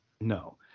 no